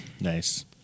Nice